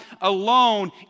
alone